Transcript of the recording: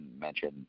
mention